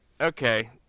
Okay